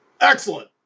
Excellent